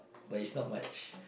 but is not much